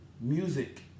music